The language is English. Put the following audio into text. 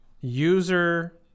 User